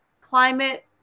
climate